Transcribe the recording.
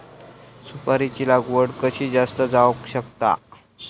सुपारीची लागवड कशी जास्त जावक शकता?